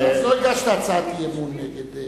אז לא הגשת הצעת אי-אמון נגד,